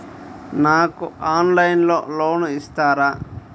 నాకు ఆన్లైన్లో లోన్ ఇస్తారా?